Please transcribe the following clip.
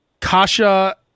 Kasha